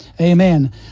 Amen